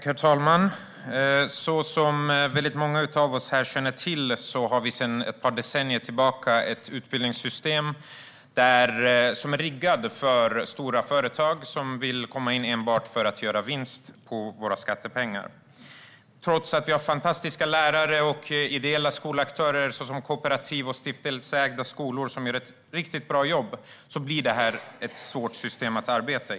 Herr talman! Som många av oss här känner till har vi sedan ett par decennier tillbaka ett utbildningssystem som är riggat för stora företag som vill komma in enbart för att göra vinst på våra skattepengar. Trots att vi har fantastiska lärare och ideella skolaktörer såsom kooperativ och stiftelseägda skolor som gör ett riktigt bra jobb blir detta ett svårt system att arbeta i.